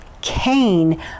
Cain